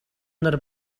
нар